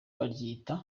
baryita